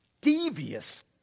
devious